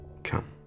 Come